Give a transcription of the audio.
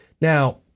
Now